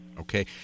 Okay